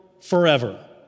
forever